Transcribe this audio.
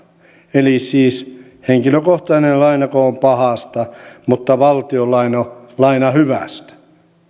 eli siis henkilökohtainen lainako on pahasta mutta valtion laina hyvästä